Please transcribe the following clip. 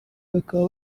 bakaba